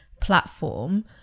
platform